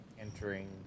entering